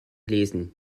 lesen